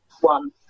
One